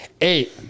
Eight